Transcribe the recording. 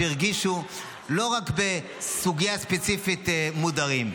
שהרגישו לא רק בסוגיה הספציפית מודרים,